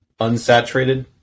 unsaturated